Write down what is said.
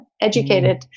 educated